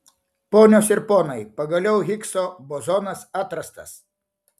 ponios ir ponai pagaliau higso bozonas atrastas